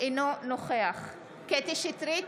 אינו נוכח קטי קטרין שטרית,